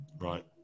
Right